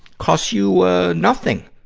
costs you, ah, nothing,